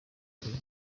ari